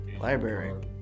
Library